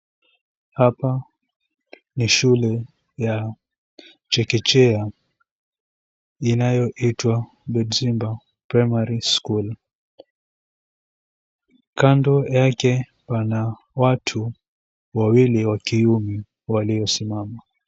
Hapa ni shule ya chekechea inayoitwa "Godsimba Primary School". Kando yake pana watu wawili wa kiume waliosimama.